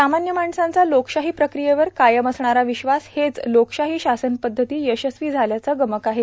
सामान्य माणसांचा लोकशाही प्रक्रियेवर कायम असणारा विश्वास हेच लोकशाही शासनपद्धती यशस्वी झाल्याचं गमक आहे